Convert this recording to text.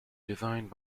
designed